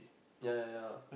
ya ya ya